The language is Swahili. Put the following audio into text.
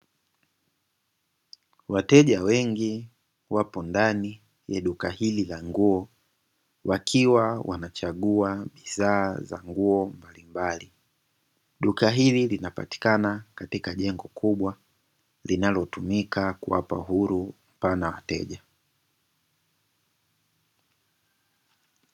Wateja wengi wapo ndani ya duka hili la nguo wakiwa wanachagua bidhaa za nguo mbalimbali. Duka hili linapatikana katika jengo kubwa, linalotumika kuwapa huru pana wateja.